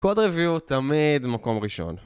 קוד ריוויו תמיד מקום ראשון